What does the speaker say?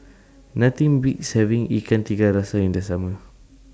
Nothing Beats having Ikan Tiga Rasa in The Summer